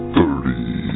Thirty